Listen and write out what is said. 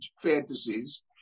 fantasies